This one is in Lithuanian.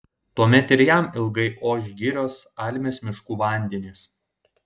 tuomet ir jam ilgai oš girios almės miškų vandenys